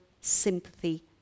sympathy